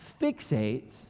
fixates